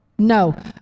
No